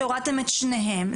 כשהורדתם את שניהם,